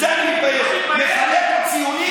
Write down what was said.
הוא מושחת עד היסוד.